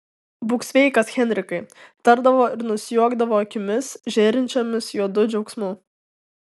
būk sveikas henrikai tardavo ir nusijuokdavo akimis žėrinčiomis juodu džiaugsmu